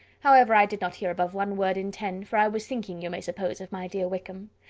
however, i did not hear above one word in ten, for i was thinking, you may suppose, of my dear wickham.